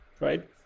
right